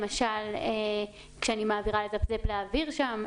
למשל כשאני מעבירה לזפזפ להעביר שם,